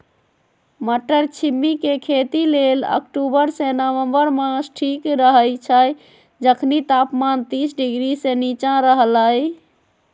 मट्टरछिमि के खेती लेल अक्टूबर से नवंबर मास ठीक रहैछइ जखनी तापमान तीस डिग्री से नीचा रहलइ